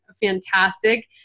fantastic